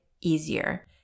easier